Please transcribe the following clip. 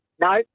No